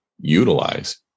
utilize